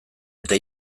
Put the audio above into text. eta